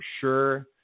sure